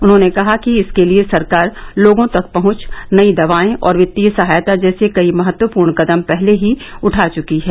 उन्होंने कहा कि इसके लिए सरकार लोगों तक पहुंच नई दवाएं और वित्तीय सहायता जैसे कई महत्वपूर्ण कदम पहले ही उठा चुकी है